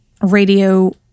radio